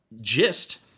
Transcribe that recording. gist